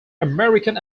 american